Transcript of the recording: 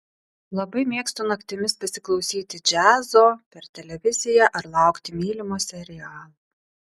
labai mėgstu naktimis pasiklausyti džiazo per televiziją ar laukti mylimo serialo